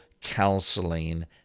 counseling